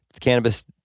cannabis